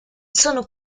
sono